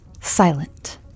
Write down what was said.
silent